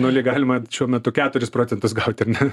nulį galima šiuo metu keturis procentus gaut ar ne